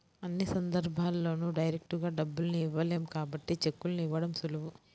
అన్ని సందర్భాల్లోనూ డైరెక్టుగా డబ్బుల్ని ఇవ్వలేం కాబట్టి చెక్కుల్ని ఇవ్వడం సులువు